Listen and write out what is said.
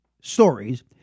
stories